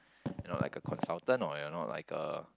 you're not like a consultant or you're not like a